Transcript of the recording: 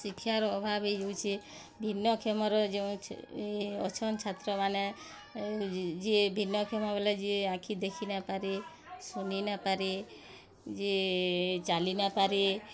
ଶିକ୍ଷାର୍ ଅଭାବ୍ ହେଇଯାଉଛେ ଭିନ୍ନକ୍ଷମର ଯେଉଁ ଅଛନ ଛାତ୍ରମାନେ ଯିଏ ଭିନ୍ନକ୍ଷମ ବଲେ ଯିଏ ଆଖି ଦେଖି ନାଇଁପାରେ ଶୁନି ନାଇଁପାରେ ଯେ ଚାଲି ନାଇଁପାରେ